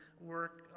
work